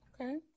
Okay